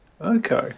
Okay